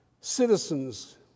citizens